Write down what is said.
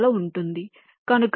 కనుక ఇది g b